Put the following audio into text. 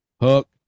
hook